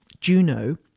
Juno